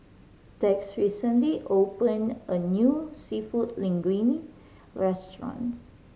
Tex recently opened a new Seafood Linguine Restaurant